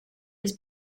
his